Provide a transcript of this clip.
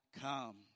come